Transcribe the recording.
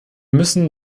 müssen